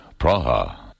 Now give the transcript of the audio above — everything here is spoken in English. Praha